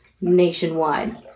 nationwide